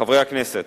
חברי הכנסת